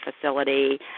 facility